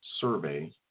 survey